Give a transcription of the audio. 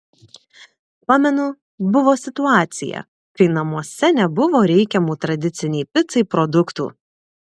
pamenu buvo situacija kai namuose nebuvo reikiamų tradicinei picai produktų